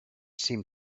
seemed